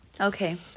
Okay